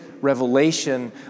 revelation